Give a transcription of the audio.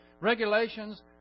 Regulations